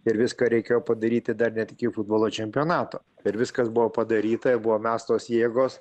ir viską reikėjo padaryti dar net iki futbolo čempionato ir viskas buvo padaryta ir buvo mestos jėgos